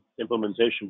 implementation